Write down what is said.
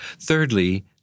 Thirdly